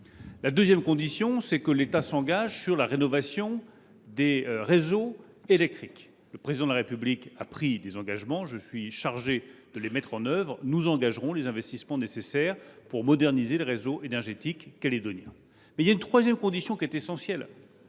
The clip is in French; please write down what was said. Deuxième condition : il convient que l’État s’engage sur la rénovation des réseaux électriques. Le Président de la République a pris de tels engagements et je suis chargé de les mettre en œuvre. Nous mobiliserons les investissements nécessaires pour moderniser le réseau énergétique calédonien. Troisième condition, essentielle